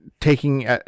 taking